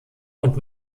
und